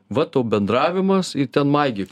va tau bendravimas ir ten maigyk